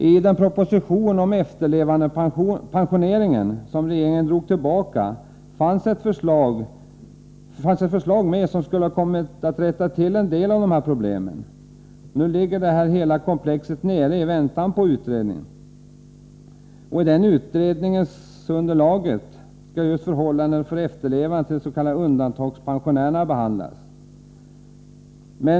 I den proposition om efterlevandepensioneringen som regeringen drog tillbaka fanns ett förslag som skulle ha löst en del av dessa problem. Nu ligger hela det här komplexet nere i väntan på utredning. I utredningen skall just förhållandena för efterlevande till de s.k. undantagspensionärerna behandlas.